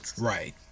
Right